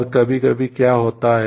और कभी कभी क्या होता है